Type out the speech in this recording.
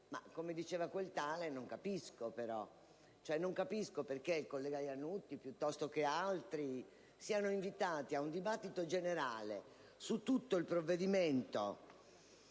ma, come diceva quel tale, non capisco. Non capisco perché il collega Lannutti, piuttosto che altri, siano invitati a un dibattito generale su tutto il disegno